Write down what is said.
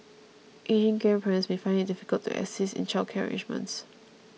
ageing grandparents may also find it difficult to assist in childcare arrangements